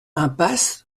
impasse